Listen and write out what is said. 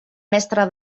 mestra